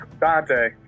Dante